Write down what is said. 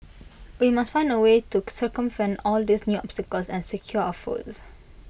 we must find A way to circumvent all these new obstacles and secure our votes